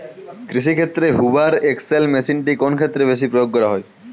কৃষিক্ষেত্রে Hoover XL মেশিনটি কোন ক্ষেত্রে বেশি প্রয়োগ করা হয়?